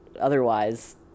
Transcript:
otherwise